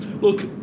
Look